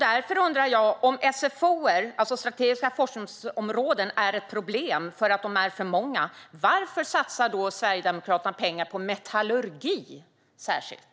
Därför undrar jag: Om strategiska forskningsområden är ett problem för att de är för många, varför satsar då Sverigedemokraterna pengar särskilt på metallurgi?